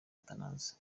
athanase